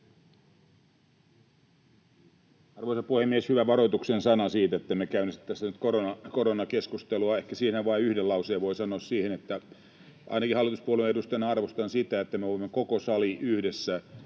Arvoisa puhemies! Hyvä varoituksen sana siitä, ettemme käynnistä tässä nyt koronakeskustelua. Ehkä siihen vain yhden lauseen voi sanoa, että ainakin hallituspuolueen edustajana arvostan sitä, että me voimme koko sali yhdessä